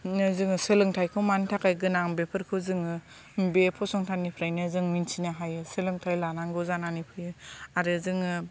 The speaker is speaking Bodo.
बिदिनो जोङो सोलोंथायखौ मानि थाखाय गोनां बेफोरखौ जोङो बे फसंथाननिफ्रायनो जों मिन्थिनो हायो सोलोंथाय लानांगौ जानानै फैयो आरो जोङो